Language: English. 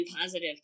positive